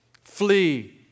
flee